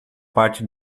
parte